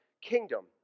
kingdom